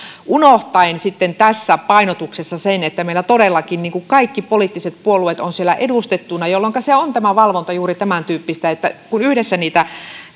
unohtaen sitten tässä painotuksessa sen että meillä todellakin kaikki poliittiset puolueet ovat siellä edustettuina jolloinka tämä valvonta on juuri tämäntyyppistä että kun yhdessä niitä